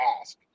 ask